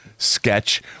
sketch